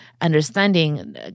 understanding